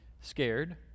scared